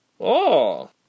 Oh